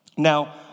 Now